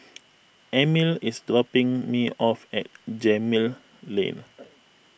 Emile is dropping me off at Gemmill Lane